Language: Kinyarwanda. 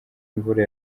imvura